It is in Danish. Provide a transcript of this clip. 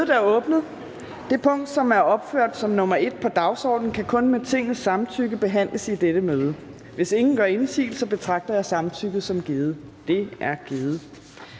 (Trine Torp): Det punkt, som er opført som nr. 1 på dagsordenen, kan kun med Tingets samtykke behandles i dette møde. Hvis ingen gør indsigelse, betragter jeg samtykket som givet. Det er givet.